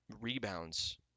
rebounds